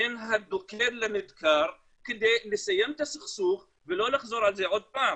בין הדוקר לנדקר כדי לסיים את הסכסוך ולא לחזור על זה עוד פעם?